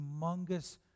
humongous